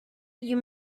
you